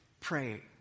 Pray